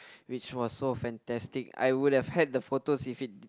which was so fantastic I would have had the photos if it